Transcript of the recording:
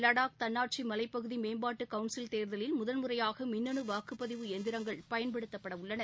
லடாக் தன்னாட்சி மலைப்பகுதி மேம்பாட்டு கவுன்சில் தேர்தலில் முதல் முறையாக மின்னனு வாக்குப்பதிவு எந்திரங்கள் பயன்படுத்தப்பட உள்ளன